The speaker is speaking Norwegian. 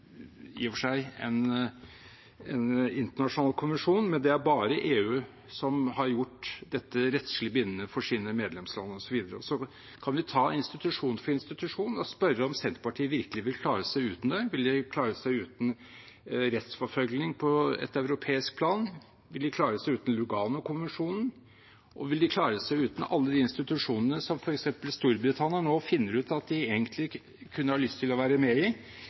en internasjonal konvensjon. Det er bare EU som har gjort dette rettslig bindende for sine medlemsland, osv. Så kan vi ta institusjon for institusjon og spørre om Senterpartiet virkelig vil klare seg uten den. Vil de klare seg uten rettsforfølgning på et europeisk plan, vil de klare seg uten Luganokonvensjonen, og vil de klare seg uten alle de institusjonene som f.eks. Storbritannia nå finner ut at de egentlig kunne ha lyst til å være med i?